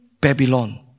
Babylon